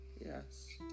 Yes